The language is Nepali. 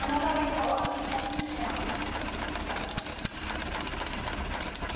अन्त तपाईँको हसबेन्डलाई पनि लिएर आउन सक्नुभयो भने हुन्छ